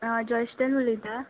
आ Joyston उलयता